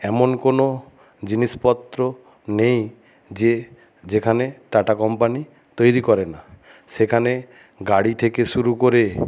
এমন কোনো জিনিসপত্র নেই যে যেখানে টাটা কম্পানি তৈরি করে না সেখানে গাড়ি থেকে শুরু করে